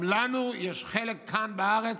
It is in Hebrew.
גם לנו יש חלק כאן בארץ,